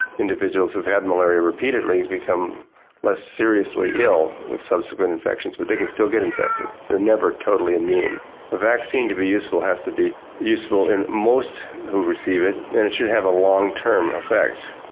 individuals who've had malaria repeatedly become less seriously ill with subsequent infections, but they can still get infected. they're never totally immune. a vaccine to be useful has to be useful in most who receive it, and it should have a long-term effect.